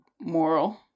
moral